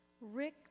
Rick